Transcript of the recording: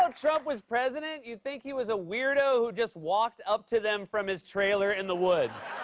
um trump was president, you'd think he was a weirdo who just walked up to them from his trailer in the woods.